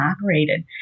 operated